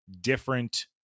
different